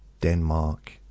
Denmark